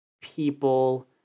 people